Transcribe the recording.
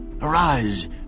Arise